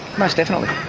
most definitely.